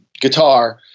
guitar